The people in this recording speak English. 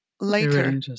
later